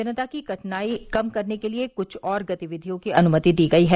जनता की कठिनाई कम करने के लिए कुछ और गतिविधियों की अनुमति दी गई है